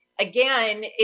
Again